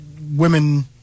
women